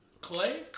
Clay